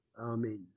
Amen